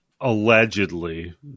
Allegedly